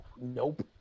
nope